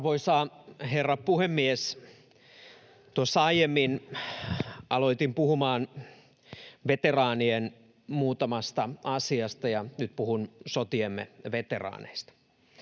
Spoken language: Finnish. Arvoisa herra puhemies! Tuossa aiemmin aloitin puhumaan muutamasta veteraanien asiasta, ja nyt puhun sotiemme veteraaneista.